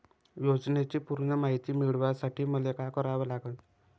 योजनेची पूर्ण मायती मिळवासाठी मले का करावं लागन?